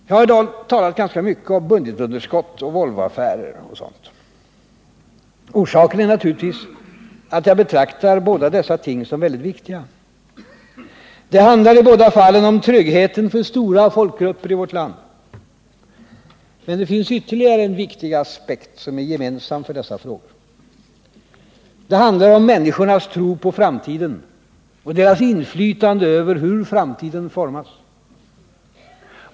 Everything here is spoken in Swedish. Jag har i dag talat ganska mycket om budgetunderskott och Volvoaffären. Orsaken är naturligtvis att jag betraktar båda dessa ting som väldigt viktiga. Det handlar i båda fallen om tryggheten för stora folkgrupper i vårt land. Men det finns ytterligare en viktig aspekt som är gemensam för dessa frågor. Det handlar om människornas tro på framtiden och deras inflytande över hur framtiden formas.